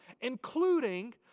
including